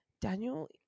Daniel